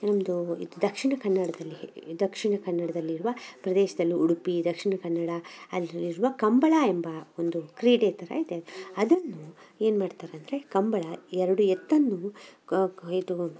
ನಮ್ಮದೂ ಇದು ದಕ್ಷಿಣ ಕನ್ನಡದಲ್ಲಿ ದಕ್ಷಿಣ ಕನ್ನಡದಲ್ಲಿರುವ ಪ್ರದೇಶದಲ್ಲೂ ಉಡುಪಿ ದಕ್ಷಿಣ ಕನ್ನಡ ಅಲ್ಲಿರುವ ಕಂಬಳ ಎಂಬ ಒಂದು ಕ್ರೀಡೆ ಥರ ಇದೆ ಅದನ್ನು ಏನು ಮಾಡ್ತಾರಂದರೆ ಕಂಬಳ ಎರಡು ಎತ್ತನ್ನು ಕ ಕ ಇದು